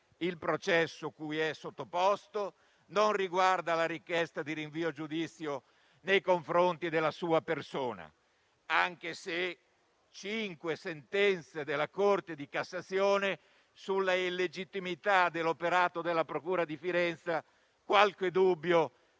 il processo cui è sottoposto e la richiesta di rinvio a giudizio nei confronti della sua persona, anche se cinque sentenze della Corte di cassazione sull'illegittimità dell'operato della procura di Firenze qualche dubbio